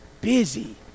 busy